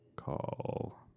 Call